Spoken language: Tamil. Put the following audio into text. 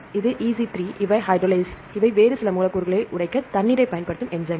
எனவே EC3 இவை ஹைட்ரோலேஸ்கள் இவை வேறு சில மூலக்கூறுகளை உடைக்க தண்ணீரைப் பயன்படுத்தும் என்சைம்கள்